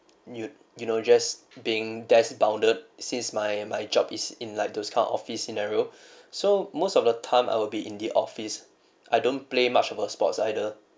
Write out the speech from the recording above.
you you know just being desk bounded since my my job is in like those kind office scenario so most of the time I will be in the office I don't play much of a sports either